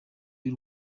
y’u